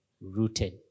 rooted